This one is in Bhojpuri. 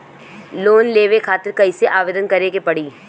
लोन लेवे खातिर कइसे आवेदन करें के पड़ी?